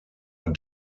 are